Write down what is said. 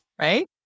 Right